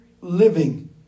living